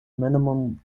minimum